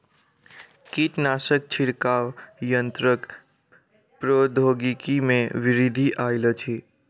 कीटनाशक छिड़काव यन्त्रक प्रौद्योगिकी में वृद्धि आयल अछि